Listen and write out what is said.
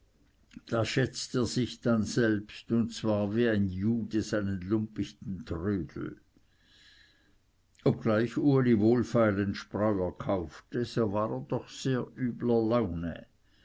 da schätzt er sich dann selbst und zwar wie ein jude seinen lumpichten trödel obgleich uli wohlfeilen spreuer kaufte so war er doch sehr übler laune